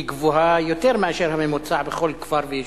גבוהה יותר מאשר הממוצע בכל כפר ויישוב,